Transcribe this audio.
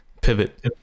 pivot